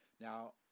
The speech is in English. Now